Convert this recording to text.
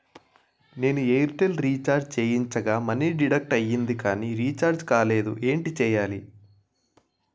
నేను Airtel recharge చేయించగా money deduct అయ్యింది కానీ రీఛార్జ్ కాలేదు ఏంటి చేయాలి?